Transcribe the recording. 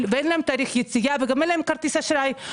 ואין להם תאריך יציאה וגם אין להם כרטיס אשראי,